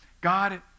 God